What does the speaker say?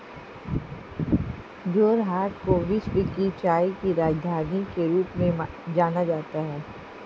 जोरहाट को विश्व की चाय की राजधानी के रूप में जाना जाता है